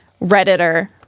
redditor